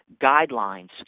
guidelines